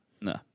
No